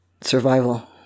survival